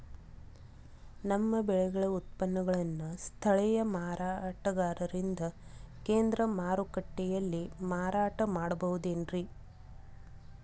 ನಮ್ಮ ಬೆಳೆಗಳ ಉತ್ಪನ್ನಗಳನ್ನ ಸ್ಥಳೇಯ ಮಾರಾಟಗಾರರಿಗಿಂತ ಕೇಂದ್ರ ಮಾರುಕಟ್ಟೆಯಲ್ಲಿ ಮಾರಾಟ ಮಾಡಬಹುದೇನ್ರಿ?